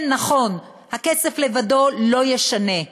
כן, נכון, הכסף לבדו לא ישנה,